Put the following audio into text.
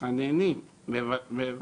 מתחננים ומבקשים,